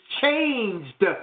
changed